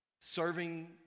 serving